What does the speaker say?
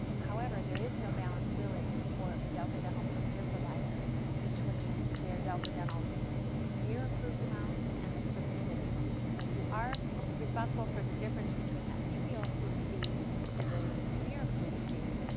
however, there is no balance billing for a delta dental premier provider between their delta dental premier approved amount and the submitted amount, so you are responsible for the difference between that ppo approved fee to the premier approved fee,